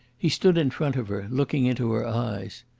he stood in front of her, looking into her eyes.